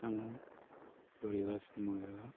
ଆମ ବଢ଼ିବା ସମୟ